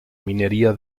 minería